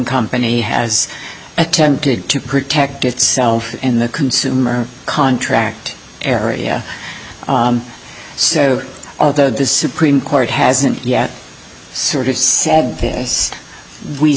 company has attempted to protect itself in the consumer contract area so although the supreme court hasn't yet sort of sad